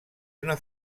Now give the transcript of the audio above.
una